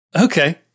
Okay